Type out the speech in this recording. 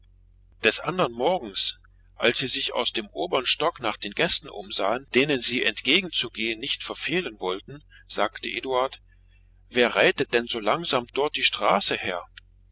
des andern morgens als sie sich aus dem obern stock nach den gästen umsahen denen sie entgegenzugehen nicht verfehlen wollten sagte eduard wer reitet denn so langsam dort die straße her